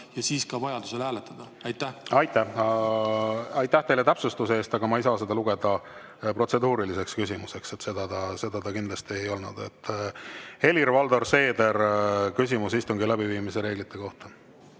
ja siis ka vajadusel hääletada. Aitäh teile täpsustuse eest! Ma ei saa seda lugeda protseduuriliseks küsimuseks, seda see kindlasti ei olnud. Helir-Valdor Seeder, küsimus istungi läbiviimise reeglite kohta.